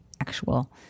actual